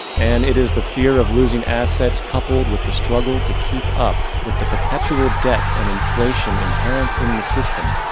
and it is the fear of losing assets, coupled with the struggle to keep up, with the perpetual debt and inflation inherent in the system,